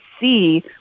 see